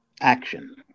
action